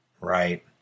Right